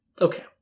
Okay